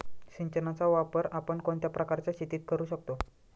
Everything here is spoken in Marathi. सिंचनाचा वापर आपण कोणत्या प्रकारच्या शेतीत करू शकतो?